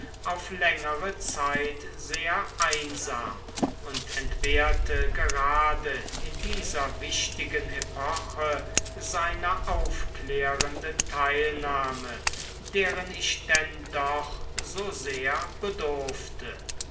auf längere zeit sehr einsam und entbehrte gerade in dieser wichtigen epoche seiner aufklärenden teilnahme deren ich denn doch so sehr bedurfte